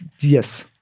Yes